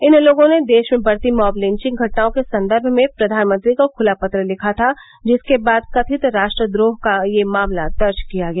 इन लोगों ने देश में बढ़ती मॉब लिंचिंग घटनाओं के संदर्भ में प्रधानमंत्री को खुला पत्र लिखा था जिसके बाद कथित राष्ट्रद्रोह का ये मामला दर्ज किया गया